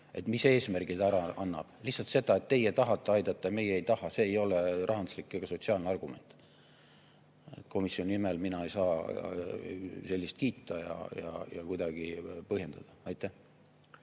ja mis eesmärgi ta ära annab. Lihtsalt öelda, et teie tahate aidata ja meie ei taha, ei ole rahanduslik ega sotsiaalne argument. Komisjoni nimel mina ei saa sellist kiita ega kuidagi põhjendada. Jaanus